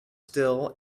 still